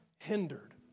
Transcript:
Hindered